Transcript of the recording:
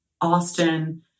Austin